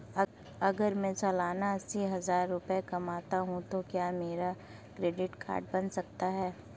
अगर मैं सालाना अस्सी हज़ार रुपये कमाता हूं तो क्या मेरा क्रेडिट कार्ड बन सकता है?